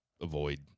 avoid